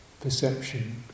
perception